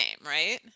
right